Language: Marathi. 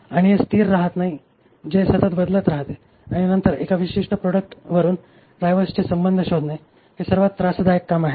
आणि हे स्थिर राहत नाही जे सतत बदलत राहते आणि नंतर एका विशीष्ट प्रॉडक्टवरून ड्रायव्हर्स चे संबंध शोधणे हे सर्वात त्रासदायक काम आहे